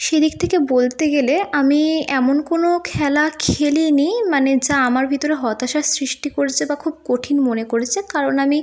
সেদিক থেকে বলতে গেলে আমি এমন কোনো খেলা খেলিনি মানে যা আমার ভিতরে হতাশার সৃষ্টি করেছে বা খুব কঠিন মনে করেছে কারণ আমি